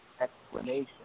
Explanation